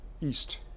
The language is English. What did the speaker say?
East